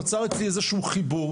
נוצר אצלי איזה שהוא חיבור,